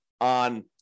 on